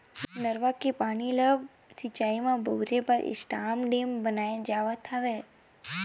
नरूवा के पानी ल सिचई म बउरे बर स्टॉप डेम बनाए जावत हवय